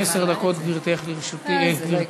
עשר דקות, גברתי, לרשותך.